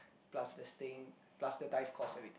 plus the staying plus the dive course everything